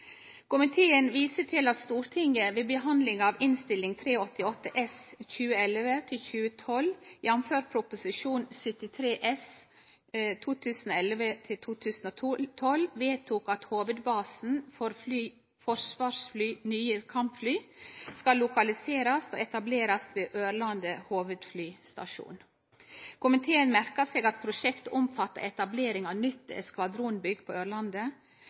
Komiteen viser til at Stortinget ved behandlinga av Innst. 388 S for 2011–2012, jf. Prop. 73 S for 2011–2012 vedtok at hovudbasen for Forsvarets nye kampfly skal lokaliserast og etablerast ved Ørland hovudflystasjon. Komiteen merkar seg at prosjektet omfattar etablering av eit nytt